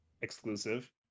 exclusive